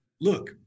look